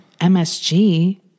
MSG